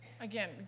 Again